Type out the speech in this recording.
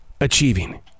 achieving